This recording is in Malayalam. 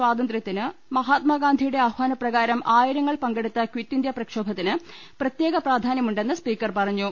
സ്വാതന്ത്ര്യത്തിന് മഹാത്മാഗാന്ധിയുടെ ആഹ്വാനപ്ര കാരം ആയിരങ്ങൾ പങ്കെടുത്ത ക്വിറ്റ് ഇന്ത്യാ പ്രക്ഷോഭത്തിന് പ്രത്യേക പ്രാധാനൃ മുണ്ടെന്ന് സ്പീക്കർ പറിഞ്ഞു